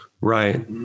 Right